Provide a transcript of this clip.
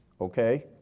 okay